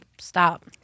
Stop